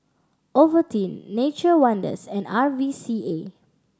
Ovaltine Nature Wonders and R V C A